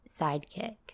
sidekick